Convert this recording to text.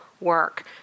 work